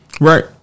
Right